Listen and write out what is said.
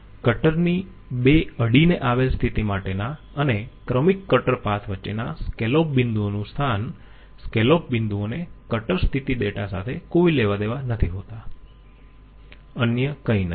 cutter ની 2 અડીને આવેલ સ્થિતિ માટેના અને ક્રમિક કટર પાથ વચ્ચેના સ્કેલોપ બિંદુઓનું સ્થાન સ્કેલોપ બિંદુઓને કટર સ્થિતી ડેટા સાથે કોઈ લેવાદેવા નથી હોતા અન્ય કંઈ નહીં